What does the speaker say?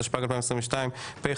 התשפ"ג 2022 (פ/592/25),